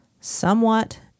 somewhat